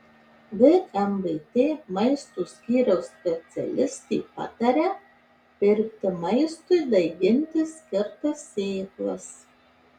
vmvt maisto skyriaus specialistė pataria pirkti maistui daiginti skirtas sėklas